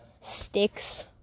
sticks